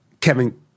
Kevin